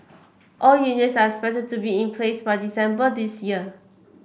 all units are expected to be in place by December this year